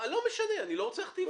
לא משנה, אני לא רוצה להכתיב לו.